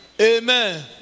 Amen